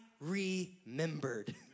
remembered